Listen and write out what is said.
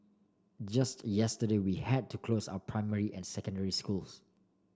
just yesterday we had to close our primary and secondary schools